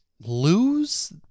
lose